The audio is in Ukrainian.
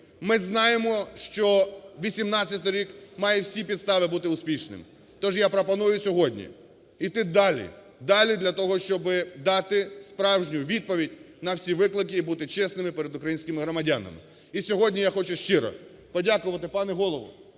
Ми знаємо, що 2018 рік має всі підстави бути успішним. Тож я пропоную сьогодні йти далі, далі для того, щоб дати справжню відповідь на всі виклики і бути чесними перед українськими громадянами. І сьогодні я хочу щиро подякувати, пане Голово,